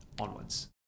onwards